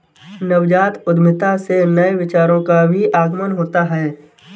नवजात उद्यमिता से नए विचारों का भी आगमन होता है